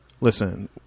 listen